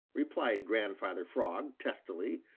replied grandfather frog testily.